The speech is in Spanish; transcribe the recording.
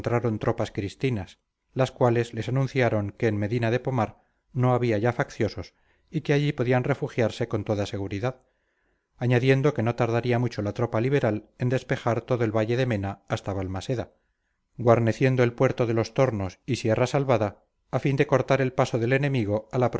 encontraron tropas cristinas las cuales les anunciaron que en medina de pomar no había ya facciosos y que allí podían refugiarse con toda seguridad añadiendo que no tardaría mucho la tropa liberal en despejar todo el valle de mena hasta valmaseda guarneciendo el puerto de los tornos y sierra salvada a fin de cortar el paso del enemigo